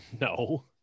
no